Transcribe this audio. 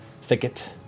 Thicket